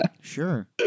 sure